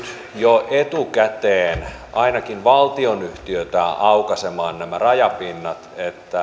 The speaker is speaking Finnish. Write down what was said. jo etukäteen ainakin valtionyhtiötä aukaisemaan nämä rajapinnat että